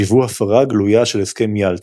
שהיוו הפרה גלויה של הסכם יאלטה.